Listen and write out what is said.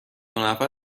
نفر